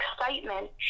excitement